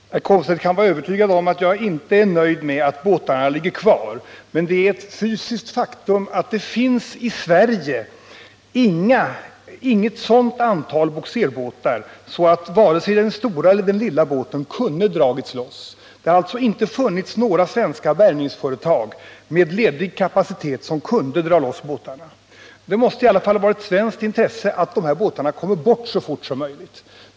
Herr talman! Herr Komstedt kan vara övertygad om att jag inte är nöjd med att båtarna ligger kvar. Men det är ett fysiskt faktum att det i Sverige inte finns ett sådant antal bogserbåtar att vare sig den stora eller den lilla båten kunde ha dragits loss. Det har alltså inte funnits några svenska bärgningsföretag med ledig kapacitet som kunnat dra loss båtarna. Det måste i alla fall vara av svenskt intresse att de här båtarna kommer bort så fort som möjligt.